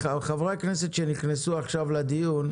חברי הכנסת שנכנסו עכשיו לדיון,